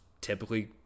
typically